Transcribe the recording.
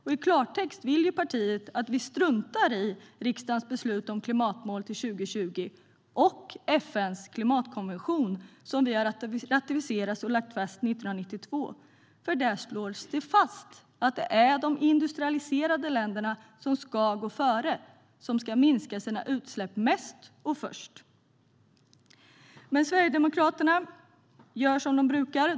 I klartext vill partiet att vi struntar i riksdagens beslut om klimatmål till 2020 och FN:s klimatkonvention som Sverige har ratificerat och som lades fast 1992. Där slås det fast att det är de industrialiserade länderna som ska gå före, som ska minska sina utsläpp mest och först. Men Sverigedemokraterna gör som de brukar.